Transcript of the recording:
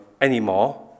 anymore